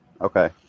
Okay